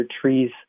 trees